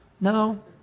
No